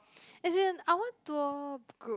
as in I want tour group